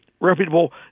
reputable